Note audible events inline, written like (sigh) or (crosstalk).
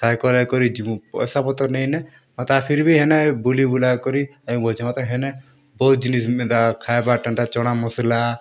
(unintelligible) କରିକରା କିରି ଯିମୁ ପଇସା ପତର୍ ନାଇଁ ନେ ଆଉ ତା ଫିର୍ବି ହେନେ ବୁଲିବୁଲା କରି ଆଏମୁ ବଲୁଛେଁ ମତେ ହେନେ ବହୁତ୍ ଜିନିଷ୍ ହେନ୍ତା ଖାଏବାର୍ଟା ହେନ୍ତା ଚନା ମସ୍ଲା